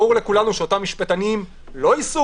ברור לכולנו שאותם משפטנים לא יישאו